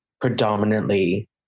predominantly